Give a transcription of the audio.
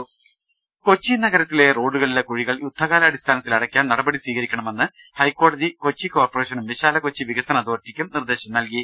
രുട്ട്ട്ട്ട്ട്ട്ട്ട്ട കൊച്ചി നഗരത്തിലെ റോഡുകളിലെ കുഴികൾ യുദ്ധകാലാടിസ്ഥാന ത്തിൽ അടയ്ക്കാൻ നടപടി സ്വീകരിക്കണമെന്ന് ഹൈക്കോടതി കൊച്ചി കോർപ്പറേഷനും വിശാല കൊച്ചി വികസന അതോറിറ്റിക്കും നിർദ്ദേശം നൽകി